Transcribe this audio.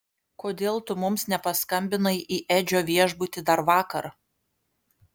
kodėl tu mums nepaskambinai į edžio viešbutį dar vakar